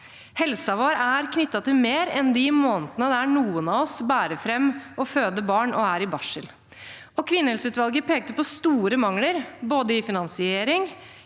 Helsen vår er knyttet til mer enn de månedene noen av oss bærer fram og føder barn og er i barsel. Kvinnehelseutvalget pekte på store mangler, både i finansiering